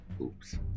Oops